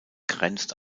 grenzt